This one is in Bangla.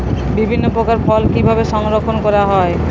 বিভিন্ন প্রকার ফল কিভাবে সংরক্ষণ করা হয়?